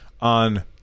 on